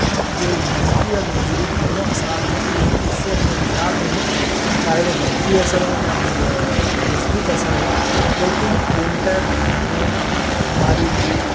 جو منفی اور مثبت دونوں اثرات ہیں لیکن اس سے ہمیں انکار نہیں چاہے وہ منفی اثر ہو چاہے مثبت اثر ہو لیکن پرنٹر ہمیں ہمارے لئے